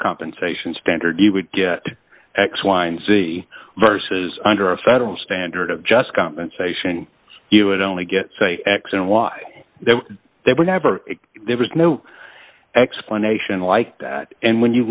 compensation standard you would get x y and z versus under a federal standard of just compensation you it only get say x and y they were never there was no explanation like that and when you